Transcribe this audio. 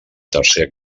tercer